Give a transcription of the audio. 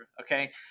okay